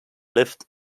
lived